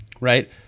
right